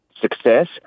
success